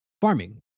farming